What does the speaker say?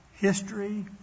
History